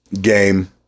game